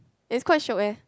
it's quite shiok eh